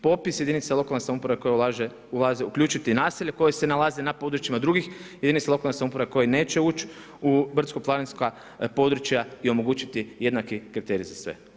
Popis jedinica lokalne samouprave koje ulaze, uključiti i naselje koje se nalazi na područjima drugih jedinica lokalne samouprave koji neće ući u brdsko-planinska područja i omogućiti jednaki kriterij za sve.